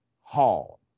Hall